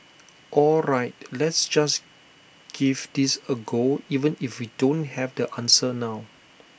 all right let's just give this A go even if we don't have the answer now